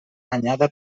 anyada